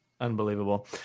unbelievable